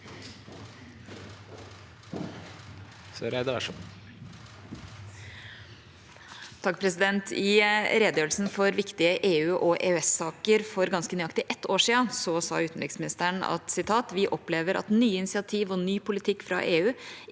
(H) I redegjørelsen om viktige EU- og EØS-saker for ganske nøyaktig ett år siden sa utenriksministeren: «(…) opplever vi at nye initiativ og ny politikk fra EU